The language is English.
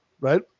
right